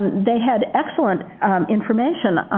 they had excellent information